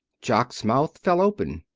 jock's mouth fell open.